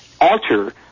alter